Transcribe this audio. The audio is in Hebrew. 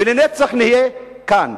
ולנצח נהיה כאן.